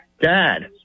Dad